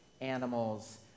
animals